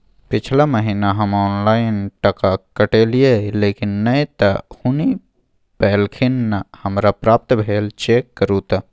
पिछला महीना हम ऑनलाइन टका कटैलिये लेकिन नय त हुनी पैलखिन न हमरा प्राप्त भेल, चेक करू त?